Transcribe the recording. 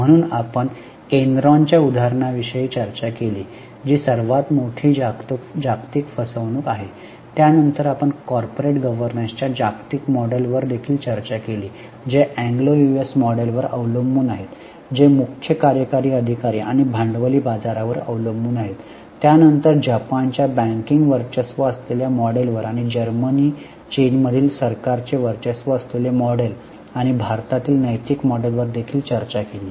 म्हणून आपण एन्रॉनच्या उदाहरणाविषयी चर्चा केली जी सर्वात मोठी जागतिक फसवणूक आहे त्यानंतर आपण कॉर्पोरेट गव्हर्नन्सच्या जागतिक मॉडेल्सवर देखील चर्चा केली जे एंग्लो यूएस मॉडेलवर अवलंबून आहेत जे मुख्य कार्यकारी अधिकारी आणि भांडवली बाजारावर अवलंबून आहेत त्यानंतर जपानच्या बँकिंग वर्चस्व असलेल्या मॉडेलवर आणि जर्मनी चीन मधील सरकारचे वर्चस्व असलेले मॉडेल आणि भारतातील नैतिक मॉडेलवर देखील चर्चा केली